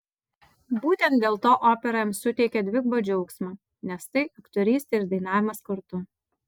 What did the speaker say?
būtent dėl to opera jam suteikia dvigubą džiaugsmą nes tai aktorystė ir dainavimas kartu